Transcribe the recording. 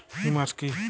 Humus কি?